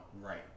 Right